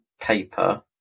paper